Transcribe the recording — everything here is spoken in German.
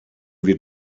wir